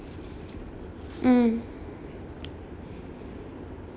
um